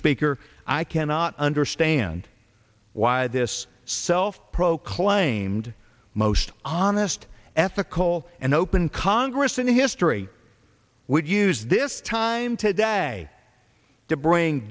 speaker i cannot understand why this self proclaimed most honest ethical and open congress in history would use this time today to bring